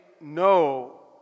no